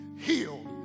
healed